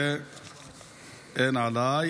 ואין עליי.